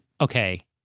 Okay